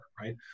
right